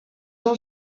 jean